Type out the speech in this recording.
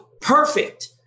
perfect